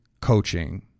coaching –